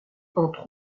entre